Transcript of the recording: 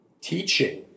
teaching